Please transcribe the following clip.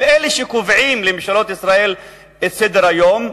הם אלה שקובעים לממשלות ישראל את סדר-היום,